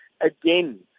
again